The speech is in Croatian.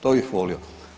To bih volio.